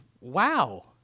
wow